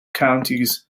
counties